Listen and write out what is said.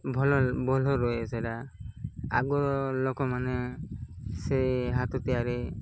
ଭଲ ଭଲ ରୁହେ ସେଇଟା ଆଗରୁ ଲୋକମାନେ ସେଇ ହାତ ତିଆରି